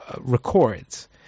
records